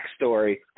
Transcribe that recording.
backstory